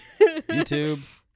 YouTube